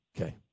Okay